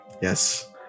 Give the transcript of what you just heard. Yes